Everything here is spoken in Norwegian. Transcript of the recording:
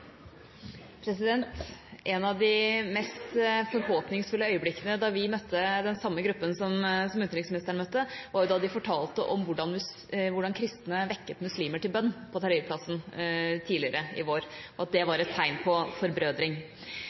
av de mest forhåpningsfulle øyeblikkene da vi møtte den samme gruppen som utenriksministeren møtte, var da de fortalte om hvordan kristne vekket muslimer til bønn på Tahrir-plassen tidligere i vår, og at det var et tegn på forbrødring.